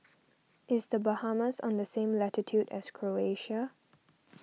is the Bahamas on the same latitude as Croatia